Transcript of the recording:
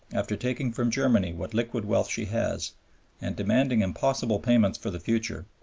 after taking from germany what liquid wealth she has and demanding impossible payments for the future,